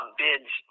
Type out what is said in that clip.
bids